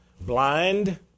blind